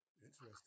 Interesting